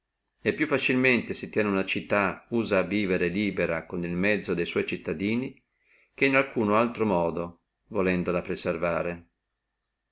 e più facilmente si tiene una città usa a vivere libera con il mezzo de sua cittadini che in alcuno altro modo volendola preservare